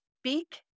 speak